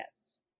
Yes